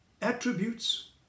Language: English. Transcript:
attributes